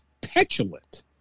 petulant